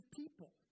people